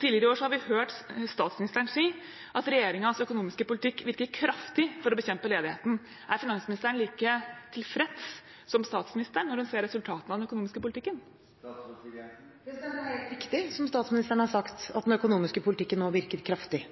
Tidligere i år har vi hørt statsministeren si at regjeringens økonomiske politikk virker kraftig for å bekjempe ledigheten. Er finansministeren like tilfreds som statsministeren når hun ser resultatene av den økonomiske politikken? Det er helt riktig som statsministeren har sagt, at den økonomiske politikken nå virker kraftig.